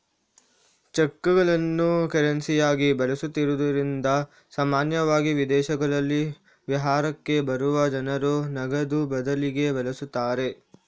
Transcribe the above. ಚೆಕ್ಗಳನ್ನು ಕರೆನ್ಸಿಯಾಗಿ ಬಳಸುತ್ತಿದ್ದುದರಿಂದ ಸಾಮಾನ್ಯವಾಗಿ ವಿದೇಶಗಳಲ್ಲಿ ವಿಹಾರಕ್ಕೆ ಬರುವ ಜನರು ನಗದು ಬದಲಿಗೆ ಬಳಸುತ್ತಾರೆ